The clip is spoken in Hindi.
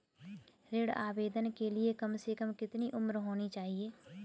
ऋण आवेदन के लिए कम से कम कितनी उम्र होनी चाहिए?